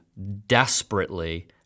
desperately